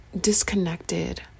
disconnected